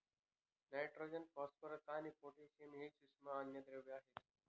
nitrogen, phosphorus आणि potassium हे सूक्ष्म अन्नद्रव्ये आहेत